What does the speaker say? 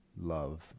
love